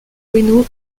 bueno